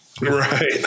right